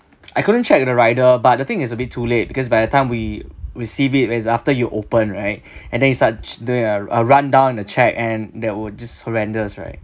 I couldn't check with the rider but the thing is a bit too late because by the time we receive it is after you opened right and then it such thin~ uh run down the check and that would just horrendous right